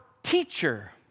teacher